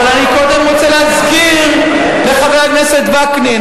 אבל אני קודם רוצה להסביר לחבר הכנסת וקנין,